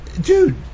Dude